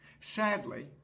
Sadly